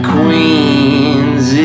Queen's